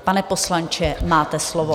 Pane poslanče, máte slovo.